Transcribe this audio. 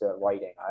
writing